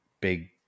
big